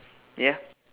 ya